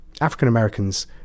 African-Americans